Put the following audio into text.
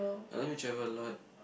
I wanna travel alot